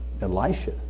Elisha